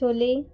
chole